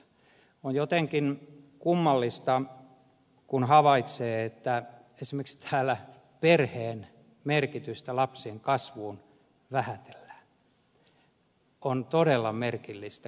on jotenkin kummallista kun havaitsee että täällä esimerkiksi perheen merkitystä lapsen kasvun kannalta vähätellään on todella merkillistä